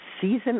Season